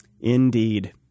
Indeed